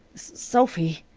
sophy,